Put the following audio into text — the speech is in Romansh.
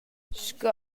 sco